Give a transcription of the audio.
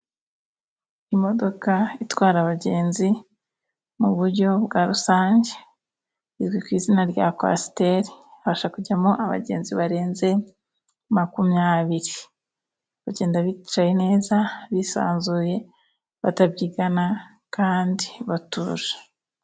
Imodoka itwara abagenzi mu buryo bwa rusange, izwi ku izina rya kwasiteri ibasha kujyamo abagenzi barenze makumyabiri, bagenda bicaye neza bisanzuye batabyigana, kandi batuje.